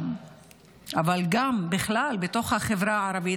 אבל גם בכלל בתוך החברה הערבית,